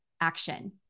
action